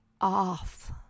off